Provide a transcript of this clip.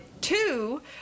Two